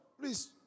please